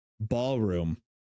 ballroom